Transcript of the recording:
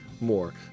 More